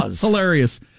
Hilarious